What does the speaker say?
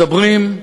מדברים,